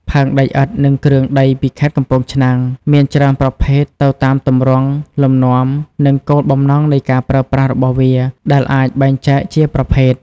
ផើងដីឥដ្ឋ និងគ្រឿងដីពីខេត្តកំពង់ឆ្នាំង មានច្រើនប្រភេទទៅតាមទម្រង់ លំនាំ និងគោលបំណងនៃការប្រើប្រាស់របស់វា ដែលអាចបែងចែកជាប្រភេទ។